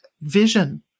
vision